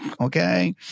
Okay